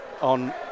on